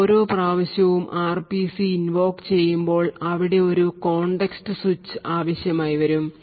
ഓരോ പ്രാവശ്യവും R P C invoke ചെയ്യുമ്പോൾ അവിടെ ഒരു കോണ്ടെക്സ്റ്റ് സ്വിച്ച് ആവശ്യമായി വരും